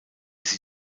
sie